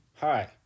hi